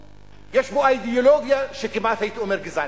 יש בו אידיאולוגיה, כמעט הייתי אומר, גזענית,